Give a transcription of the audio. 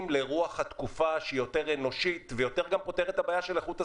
לרוח התקופה שהיא יותר אנושית ויותר פותרת את הבעיה של איכות הסביבה.